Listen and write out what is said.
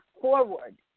forward